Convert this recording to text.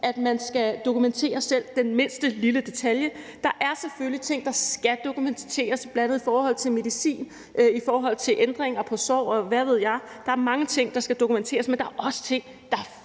at man skal dokumentere selv den mindste lille detalje. Der er selvfølgelig ting, der skal dokumenteres, bl.a. i forhold til medicin, i forhold til ændringer i sår, og hvad ved jeg. Der er mange ting, der skal dokumenteres, men der er også ting, det er